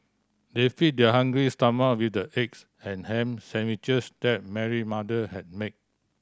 they fed their hungry stomach with the eggs and ham sandwiches that Mary mother had made